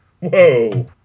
Whoa